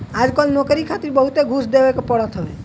आजकल नोकरी खातिर बहुते घूस देवे के पड़त हवे